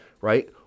Right